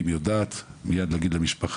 כן, המשרד לשירותי דת.